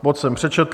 Bod jsem přečetl.